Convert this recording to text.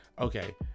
Okay